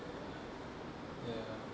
ya ya